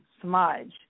smudge